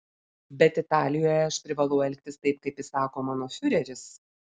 bet italijoje aš privalau elgtis taip kaip įsako mano fiureris